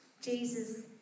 Jesus